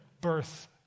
birth